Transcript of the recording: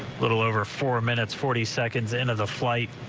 little over four minutes forty seconds into the flight.